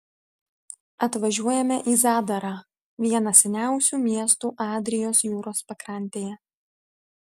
atvažiuojame į zadarą vieną seniausių miestų adrijos jūros pakrantėje